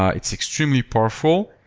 ah it's extremely powerful.